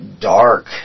dark